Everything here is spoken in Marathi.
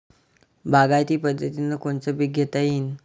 बागायती पद्धतीनं कोनचे पीक घेता येईन?